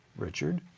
richard?